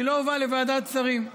כי היא לא הובאה לוועדת שרים.